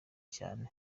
cyane